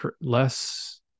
less